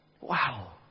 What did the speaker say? Wow